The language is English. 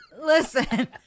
Listen